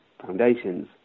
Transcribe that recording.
foundations